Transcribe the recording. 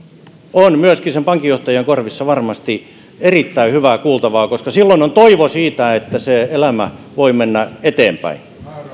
on myöskin sen pankinjohtajan korvissa varmasti erittäin hyvää kuultavaa koska silloin on toivo siitä että se elämä voi mennä eteenpäin